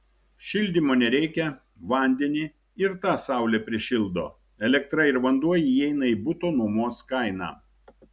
šildymo nereikia vandenį ir tą saulė prišildo elektra ir vanduo įeina į buto nuomos kainą